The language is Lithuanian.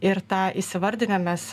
ir tą įsivardinę mes